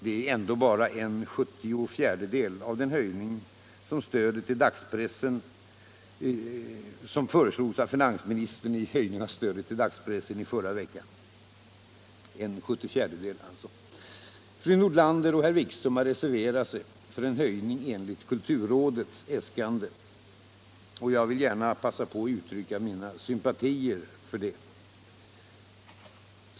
Det är ändå bara en sjuttiofjärdedel av den höjning av stödet till dagspressen som i förra veckan föreslogs av finansminstern. Fru Nordlander och herr Wikström har reserverat sig för en höjning enligt kulturrådets äskande. Jag vill gärna uttrycka mina sympatier för detta.